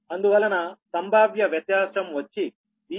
అందువలన సంభావ్య వ్యత్యాసం వచ్చి Vki